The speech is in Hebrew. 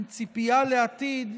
עם ציפייה לעתיד,